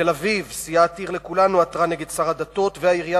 בתל-אביב סיעת "עיר לכולנו" עתרה נגד שר הדתות והעירייה